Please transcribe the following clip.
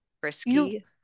frisky